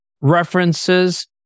references